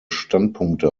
standpunkte